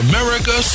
America